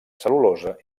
cel·lulosa